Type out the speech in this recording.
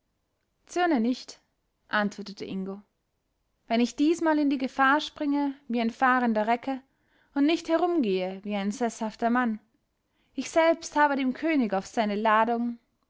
zürne nicht antwortete ingo wenn ich diesmal in die gefahr springe wie ein fahrender recke und nicht herumgehe wie ein seßhafter mann ich selbst habe dem könig auf seine ladung